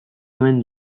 omen